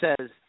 says